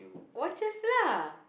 watches lah